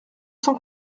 cent